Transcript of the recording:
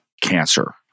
cancer